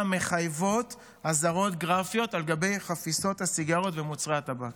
מחייבות אזהרות גרפיות על גבי חפיסות הסיגריות ומוצרי הטבק.